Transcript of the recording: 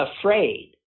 afraid